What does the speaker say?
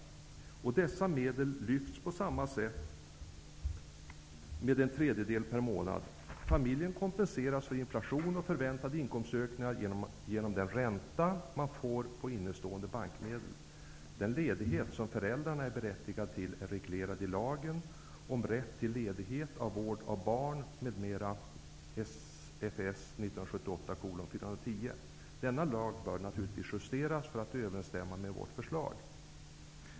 Dessa medel lyfts på samma sätt, med en tredjedel per månad. Kompensation för inflation och förväntade inkomstökningar sker genom den ränta som familjen får på innestående bankmedel. Den ledighet som föräldrarna är berättigade till regleras i lagen om rätt till ledighet för vård av barn m.m. . Denna lag bör naturligtvis justeras för att överensstämma med vårt förslag.